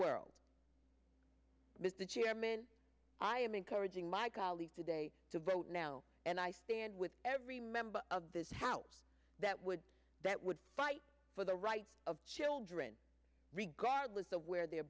world the chairman i am encouraging my colleagues today to vote now and i stand with every member of this house that would that would fight for the rights of children regardless the where they